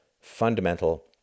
fundamental